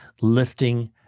lifting